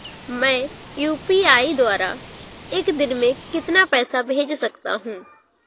मैं यू.पी.आई द्वारा एक दिन में कितना पैसा भेज सकता हूँ?